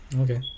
Okay